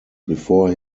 before